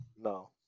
no